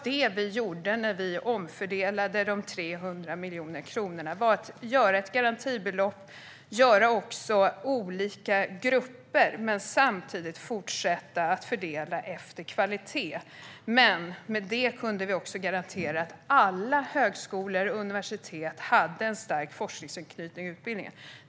Det vi gjorde när vi omfördelade de 300 miljoner kronorna var att skapa ett garantibelopp och olika grupper men samtidigt fortsätta att fördela efter kvalitet. Med det kunde vi även garantera att alla högskolor och universitet hade en stark forskningsanknytning i utbildningen.